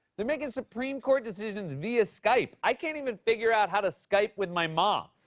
they're making supreme court decisions via skype. i can't even figure out how to skype with my mom.